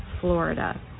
Florida